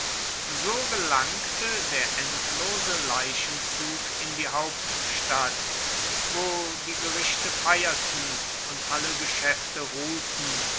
so gelangte der endlose leichenzug in die hauptstadt wo die gerichte feierten und alle geschäfte ruhten